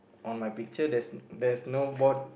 on my picture there's there's no board